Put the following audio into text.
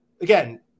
again